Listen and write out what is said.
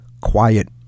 quiet